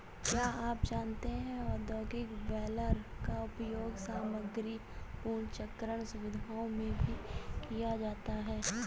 क्या आप जानते है औद्योगिक बेलर का उपयोग सामग्री पुनर्चक्रण सुविधाओं में भी किया जाता है?